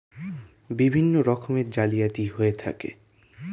বিভিন্ন রকমের জালিয়াতি হয়ে থাকে